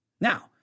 Now